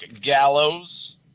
Gallows